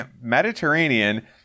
Mediterranean